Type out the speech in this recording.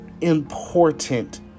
important